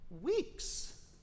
weeks